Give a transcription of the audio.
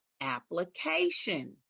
application